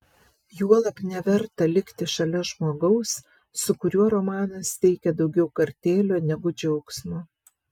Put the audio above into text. juolab neverta likti šalia žmogaus su kuriuo romanas teikia daugiau kartėlio negu džiaugsmo